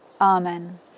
Amen